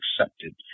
accepted